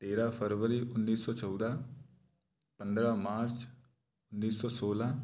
तेरह फरवरी उन्नीस सौ चौदह पंद्रह मार्च उन्नीस सौ सोलह